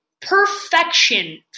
perfection